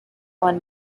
one